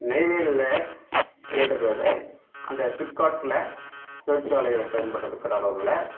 நெய்வேலியில் அந்த சிப்காட்டில் தொழிற்சாலைகளில் பயன்படுது